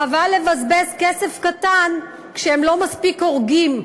חבל לבזבז כסף קטן כשהם לא מספיק הורגים.